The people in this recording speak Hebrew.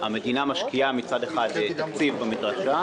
המדינה משקיעה תקציב במדרשה,